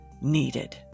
needed